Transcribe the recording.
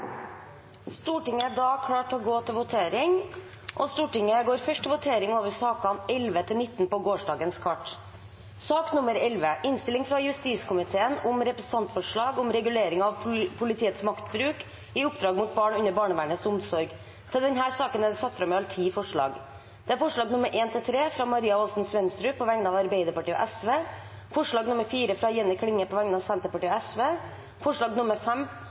Stortinget avbryter nå debatten i sak nr. 13 for å gå til votering. Da er Stortinget klar til å votere og går først til votering over sakene nr. 11–19 på gårsdagens kart. Under debatten er det satt fram i alt ti forslag. Det er forslagene nr. 1–3, fra Maria Aasen-Svensrud på vegne av Arbeiderpartiet og Sosialistisk Venstreparti forslag nr. 4, fra Jenny Klinge på vegne av Senterpartiet og Sosialistisk Venstreparti forslag